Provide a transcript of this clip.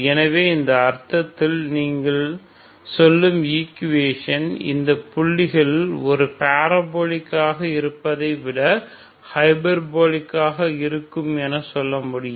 எனவே இந்த அர்த்தத்தில் நீங்கள் சொல்லும் ஈக்குவேஷன் இந்தப் புள்ளிகளில் ஒரு பாராபோலிக் ஆக இருப்பதை விட ஹைபர்போலிக் ஆக இருக்கும் என சொல்ல முடியும்